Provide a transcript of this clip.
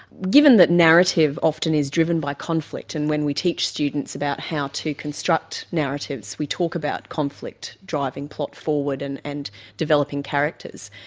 given that narrative often is driven by conflict, and when we teach students about how to construct narratives we talk about conflict driving plot forward and and developing characters,